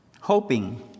Hoping